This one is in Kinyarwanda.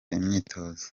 imyitozo